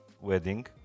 wedding